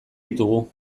ditugu